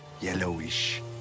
Yellowish